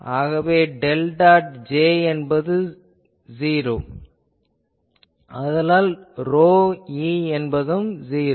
ஆகவே del dot J என்பது '0' ஆதலால் ρe என்பதும் '0'